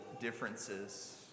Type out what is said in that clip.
differences